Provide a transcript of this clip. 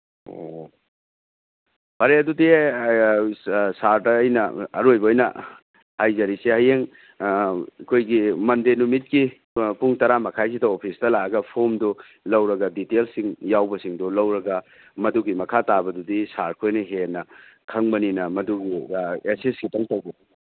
ꯑꯣ ꯐꯔꯦ ꯑꯗꯨꯗꯤ ꯁꯥꯔꯗ ꯑꯩꯅ ꯑꯔꯣꯏꯕ ꯑꯣꯏꯅ ꯍꯥꯏꯖꯔꯤꯁꯦ ꯍꯌꯦꯡ ꯑꯩꯈꯣꯏꯒꯤ ꯃꯟꯗꯦ ꯅꯨꯃꯤꯠꯀꯤ ꯄꯨꯡ ꯇꯔꯥꯃꯈꯥꯏꯁꯤꯗ ꯑꯣꯐꯤꯁꯇ ꯂꯥꯛꯑꯒ ꯐꯣꯝꯗꯨ ꯂꯧꯔꯒ ꯗꯤꯇꯦꯜꯁꯁꯤꯡ ꯌꯥꯎꯕꯁꯤꯡꯗꯨ ꯂꯧꯔꯒ ꯃꯗꯨꯒꯤ ꯃꯈꯥ ꯇꯥꯕꯗꯨꯗꯤ ꯁꯥꯔꯈꯣꯏꯅ ꯍꯦꯟꯅ ꯈꯪꯕꯅꯤꯅ ꯃꯗꯨ ꯑꯦꯁꯤꯁ ꯈꯤꯇꯪ ꯇꯧꯕꯤ